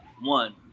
One